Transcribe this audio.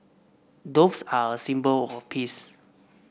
doves are a symbol of peace